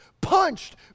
punched